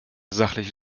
sachliche